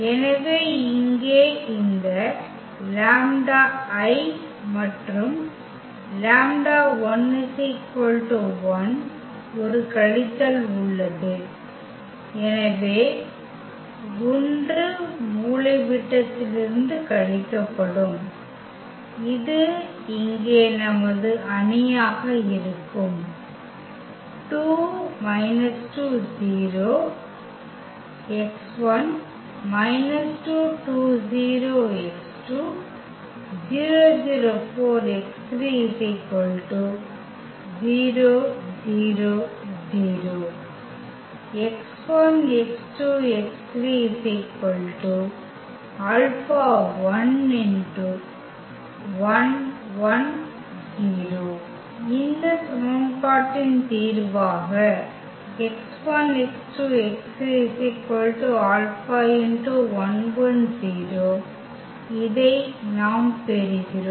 எனவே இங்கே இந்த λI மற்றும் λ1 1 ஒரு கழித்தல் உள்ளது எனவே 1 மூலைவிட்டத்திலிருந்து கழிக்கப்படும் இது இங்கே நமது அணியாக இருக்கும் இந்த சமன்பாட்டின் தீர்வாக இதை நாம் பெறுகிறோம்